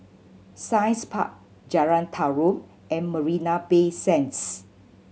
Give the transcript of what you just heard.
Science Park Jalan Tarum and Marina Bay Sands